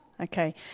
Okay